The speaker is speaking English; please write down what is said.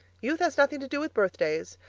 youth has nothing to do with birthdays,